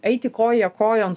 eiti koja kojon